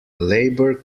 labor